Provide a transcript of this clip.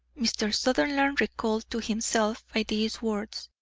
mr. sutherland, recalled to himself by these words,